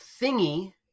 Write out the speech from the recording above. Thingy